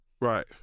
Right